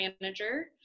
manager